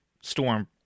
storm